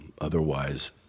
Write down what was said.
otherwise